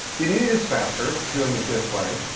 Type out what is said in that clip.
it is faster doing it this way,